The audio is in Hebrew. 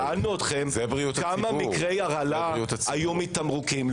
שאלנו אתכם כמה מקרי הרעלה היו מתמרוקים.